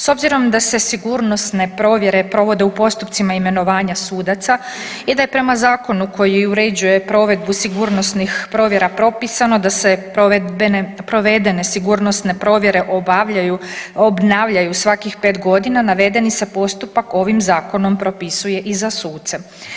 S obzirom da se sigurnosne provedbe provode u postupcima imenovanja sudaca i da je prema zakonu koji uređuje provedbu sigurnosnih provjera propisano da se provedene sigurnosne provjere obnavljaju svakih 5 godina, navedeni se postupak ovim Zakonom propisuje i za suce.